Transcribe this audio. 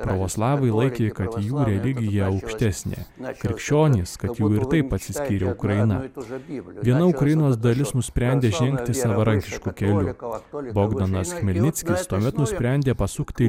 pravoslavai laikė kad jų religija aukštesnė krikščionys kad jų ir taip atsiskyrė ukraina viena ukrainos dalis nusprendė žengti savarankišku keliu bogdanas chmelnickis tuomet nusprendė pasukti